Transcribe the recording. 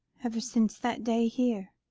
ever since that day here.